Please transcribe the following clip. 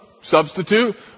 Substitute